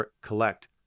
collect